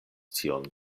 tion